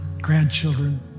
grandchildren